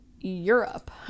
europe